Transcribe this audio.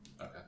okay